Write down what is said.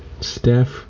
Steph